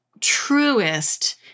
truest